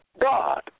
God